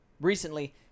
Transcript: recently